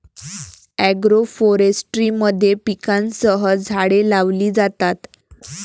agroforestry मध्ये पिकांसह झाडे लावली जातात